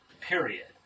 Period